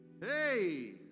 Hey